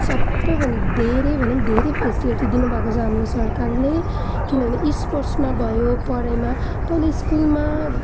सबैभन्दा धेरै भन्दा पनि धेरै फेसिलिटी दिनुभएको छ हाम्रो सरकारले किनभने स्पोर्ट्समा भयो पढाइमा पहिले स्कुलमा